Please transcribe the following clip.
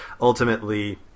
ultimately